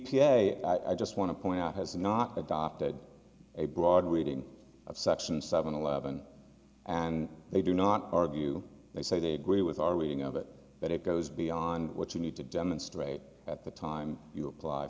a i just want to point out has not adopted a broad reading of section seven eleven and they do not argue they say they agree with our reading of it that it goes beyond what you need to demonstrate at the time you apply